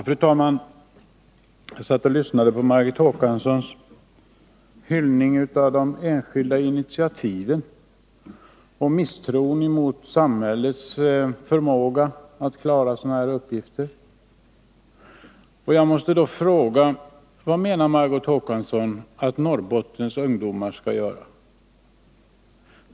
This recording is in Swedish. Fru talman! Jag satt och lyssnade på Margot Håkanssons hyllning till de enskilda initiativen och märkte hennes misstro mot samhällets förmåga att klara sådana här uppgifter. Jag måste fråga: Vad menar Margot Håkansson att Norrbottens ungdomar skall göra?